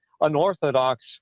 unorthodox